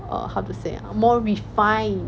err how to say ah more refined